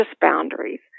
boundaries